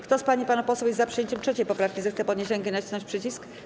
Kto z pań i panów posłów jest za przyjęciem 3. poprawki, zechce podnieść rękę i nacisnąć przycisk.